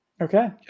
Okay